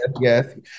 yes